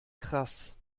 krass